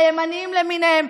הימנים למיניהם,